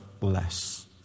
less